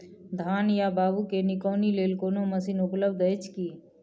धान या बाबू के निकौनी लेल कोनो मसीन उपलब्ध अछि की?